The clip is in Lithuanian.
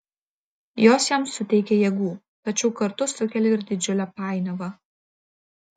jos jam suteikia jėgų tačiau kartu sukelia ir didžiulę painiavą